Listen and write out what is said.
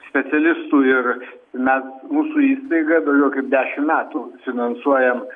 specialistų ir mes mūsų įstaiga daugiau kaip dešim metų finansuojam